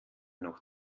noch